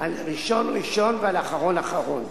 על ראשון ראשון ועל אחרון אחרון.